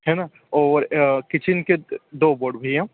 है ना और किचन के दो बोर्ड भैया